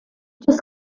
just